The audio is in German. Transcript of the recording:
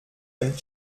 dem